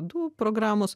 du programos